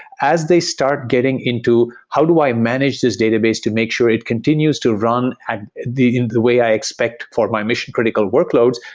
as they start getting into how do i manage this database to make sure it continues to run and the the way i expect for my mission-critical workloads,